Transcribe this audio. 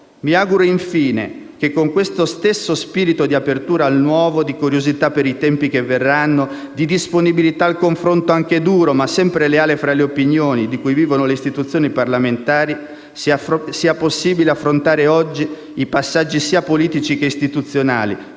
Mi auguro infine che con questo stesso spirito di apertura al nuovo, di curiosità per i tempi che verranno, di disponibilità al confronto anche duro ma sempre leale fra le opinioni, di cui vivono le istituzioni parlamentari, sia possibile affrontare i passaggi sia politici che istituzionali